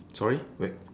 sorry wait